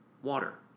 Water